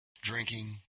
Drinking